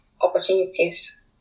opportunities